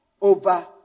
over